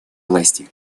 власти